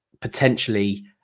potentially